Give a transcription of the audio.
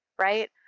Right